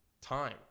time